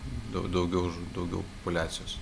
daug daugiau daugiau populiacijos